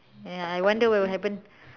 ya I wonder what will happen